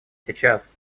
сейчас